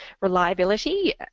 reliability